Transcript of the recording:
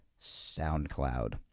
SoundCloud